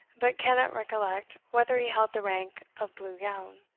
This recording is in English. but cannot recollect whether he held the rank of blue-gown.